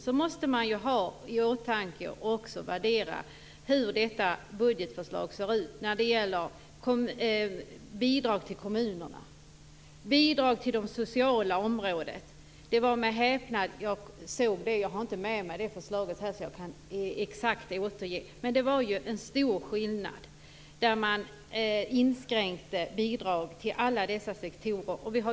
Man måste då också ha i åtanke hur budgetförslaget ser ut när det gäller bidrag till kommunerna på det sociala området. Jag har inte med mig förslaget, så att jag exakt kan återge det, men det var med häpnad som jag såg det. Det visade på en stor skillnad. Man ville inskränka bidragen på många olika sektorer.